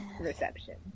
reception